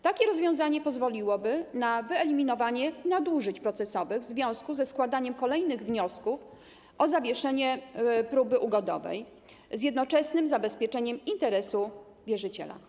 Takie rozwiązanie pozwoliłoby na wyeliminowanie nadużyć procesowych związanych ze składaniem kolejnych wniosków o zawieszenie w związku z podjęciem próby ugodowej z jednoczesnym zabezpieczeniem interesu wierzyciela.